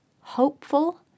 hopeful